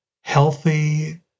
healthy